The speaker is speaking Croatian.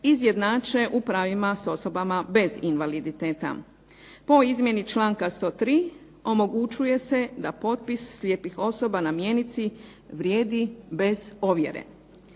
izjednače u pravima s osobama bez invaliditeta. Po izmjeni članka 103. omogućuje se da potpis slijepih osoba na mjenici vrijedi bez ovjere.